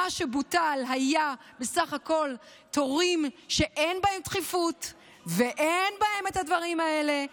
מה שבוטל היו בסך הכול תורים שאין בהם דחיפות ואין בהם את הדברים האלה.